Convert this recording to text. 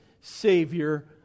Savior